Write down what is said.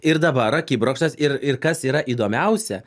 ir dabar akibrokštas ir ir kas yra įdomiausia